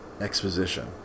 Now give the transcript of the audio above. exposition